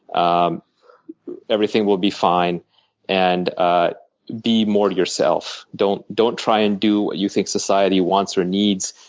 um everything will be fine and ah be more yourself. don't don't try and do what you think society wants or needs.